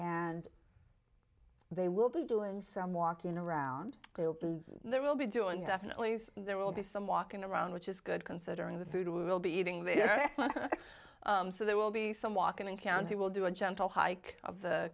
and they will be doing some walking around there will be doing definitely there will be some walking around which is good considering the food we will be eating there so there will be some walk in county will do a gentle hike of the